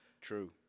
True